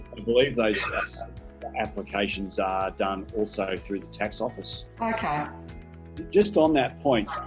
believe those applications are done also through the tax office okay just on that point